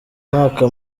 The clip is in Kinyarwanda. mwaka